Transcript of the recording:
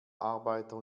arbeiter